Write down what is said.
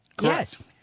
Yes